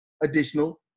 additional